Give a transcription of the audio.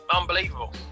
unbelievable